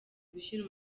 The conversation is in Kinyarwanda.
gushyira